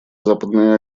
западной